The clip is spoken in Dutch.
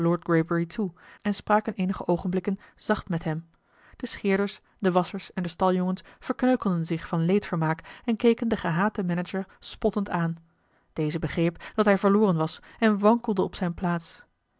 en spraken eenige oogenblikken zacht met hem de scheerders de wasschers en de staljongens verkneukelden zich van leedvermaak en keken den gehaten manager spottend aan deze begreep dat hij verloren was en wankelde op zijne plaats